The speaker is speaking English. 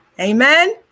Amen